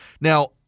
Now